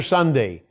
Sunday